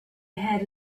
had